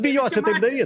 bijosit taip daryt